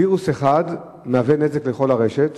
וירוס אחד מהווה נזק לכל הרשת.